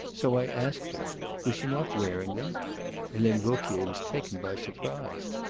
so i asked her was she not wearing them helene vauquier was taken by surprise.